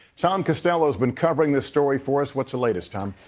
tom costello has been covering this story for us. what's the latest, tom?